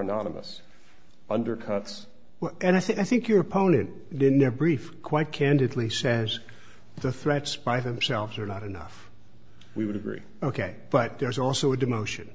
anonymous undercuts and i think your opponent then never briefed quite candidly says the threats by themselves are not enough we would agree ok but there's also a demotion